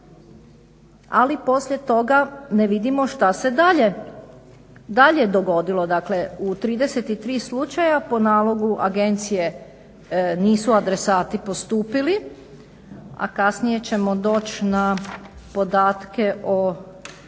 ali poslije toga ne vidimo što se dalje dogodilo. Dakle u 33 slučaja po nalogu agencije nisu adresati postupili, a kasnije ćemo doći na podatke o